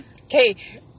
okay